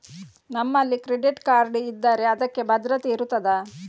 ನಮ್ಮಲ್ಲಿ credit card ಇದ್ದರೆ ಅದಕ್ಕೆ ಭದ್ರತೆ ಇರುತ್ತದಾ?